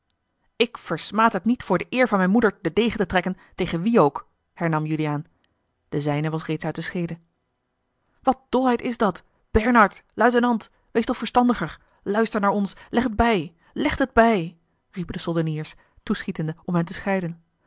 ik versmaad het niet voor de eer van mijne moeder den degen te trekken tegen wien ook hernam juliaan de zijne was reeds uit de schede wat dolheid is dat bernard luitenant wees toch verstandiger luistert naar ons legt het bij legt het bij riepen de soldeniers toeschietende om hen te scheiden